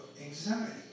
anxiety